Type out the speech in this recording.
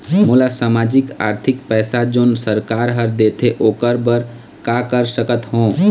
मोला सामाजिक आरथिक पैसा जोन सरकार हर देथे ओकर बर का कर सकत हो?